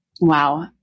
Wow